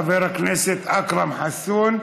חבר הכנסת אכרם חסון,